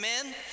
amen